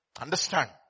Understand